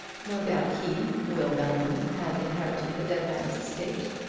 no doubt he, will belton, had inherited the dead man's estate,